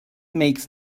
makes